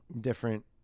different